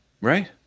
Right